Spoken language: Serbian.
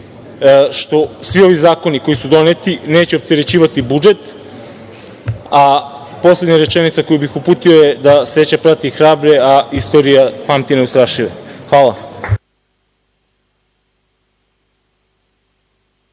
da svi ovi zakoni koji su doneti neće opterećivati budžet. Poslednja rečenica koju bih uputio je da sreća prati hrabre a istorija pamti neustrašive. Hvala.